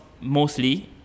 mostly